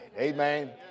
Amen